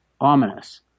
ominous